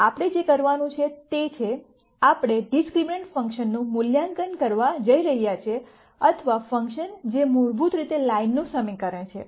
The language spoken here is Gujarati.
આપણે જે કરવાનું છે તે છે આપણે ડિસ્ક્રિમનન્ટ ફંકશનનું મૂલ્યાંકન કરવા જઈ રહ્યા છીએ અથવા ફંકશન જે મૂળભૂત રીતે લાઈનનું સમીકરણ છે